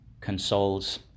consoles